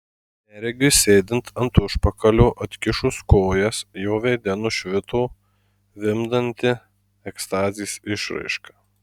neregiui sėdint ant užpakalio atkišus kojas jo veide nušvito vimdanti ekstazės išraiška